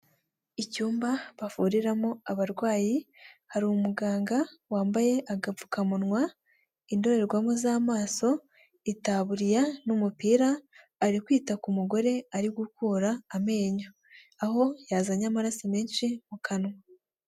Icyumba bavuriramo abarwayi hari umuganga wambaye agapfukamunwa, indorerwamo z'amaso, itaburiya n'umupira ari kwita ku mugore ari gukura amenyo; aho yazanye amaraso menshi mu kanwa.